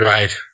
Right